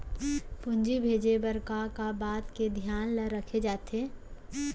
पूंजी भेजे बर का का बात के धियान ल रखे जाथे?